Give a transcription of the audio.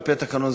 ועל-פי התקנון,